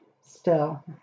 still